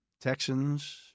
Texans